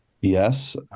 yes